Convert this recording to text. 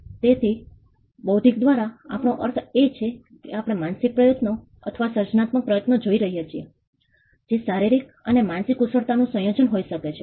તેથી બૌદ્ધિક દ્વારા આપણો અર્થ એ છે કે આપણે માનસિક પ્રયત્નો અથવા સર્જનાત્મક પ્રયત્નો જોઈ રહ્યા છીએ જે શારીરિક અને માનસિક કુશળતાનું સંયોજન હોઈ શકે છે